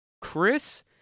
Chris